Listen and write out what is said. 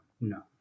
No